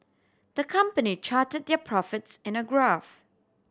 the company charted their profits in a graph